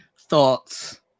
thoughts